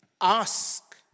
Ask